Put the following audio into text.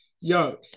Yo